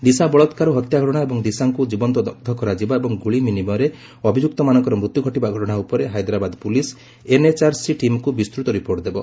ଦିଶା ବଳାତ୍କାର ଓ ହତ୍ୟା ଘଟଣା ଏବଂ ଦିଶାଙ୍କୁ ଜୀବନ୍ତ ଦଗ୍ଧ କରାଯିବା ଏବଂ ଗୁଳି ବିନିମୟରେ ଅଭିଯୁକ୍ତ ମାନଙ୍କର ମୃତ୍ୟୁ ଘଟିବା ଘଟଣା ଉପରେ ହାଇଦରାବାଦ ପୁଲିସ ଏନ୍ଏଚ୍ଆର୍ସି ଟିମ୍କୁ ବିସ୍ତୃତ ରିପୋର୍ଟ ଦେବ